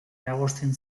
eragozten